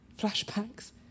flashbacks